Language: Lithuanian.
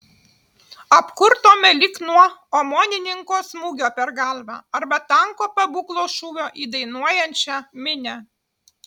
apkurtome lyg nuo omonininko smūgio per galvą arba tanko pabūklo šūvio į dainuojančią minią